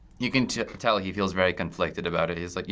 you can tell he feels very conflicted about it. he's like, you